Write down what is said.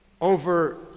over